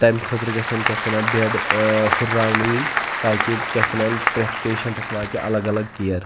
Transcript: تَمہِ خٲطرٕ گژھیٚن کیاہ چھِ اَتھ وَنان بیٚڈ ٲں ہُرٕراونہٕ یِنۍ تاکہِ کیاہ چھِ اَتھ وَنان پرٛیٚتھ پیشَنٹَس واتہِ الگ الگ کِیَر